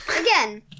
Again